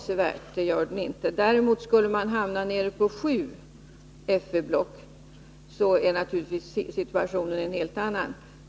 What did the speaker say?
Skulle man komma ned till sju FV-block, bleve naturligtvis situationen en helt annan.